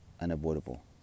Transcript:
unavoidable